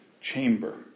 chamber